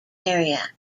area